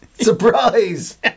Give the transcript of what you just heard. Surprise